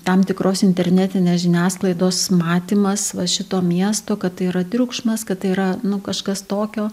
tam tikros internetinės žiniasklaidos matymas va šito miesto kad tai yra triukšmas kad tai yra nu kažkas tokio